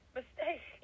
mistake